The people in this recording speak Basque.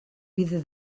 bide